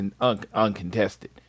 uncontested